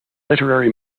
literary